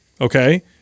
okay